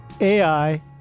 AI